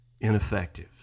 ineffective